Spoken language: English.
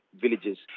villages